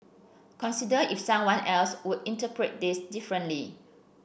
consider if someone else would interpret this differently